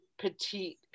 petite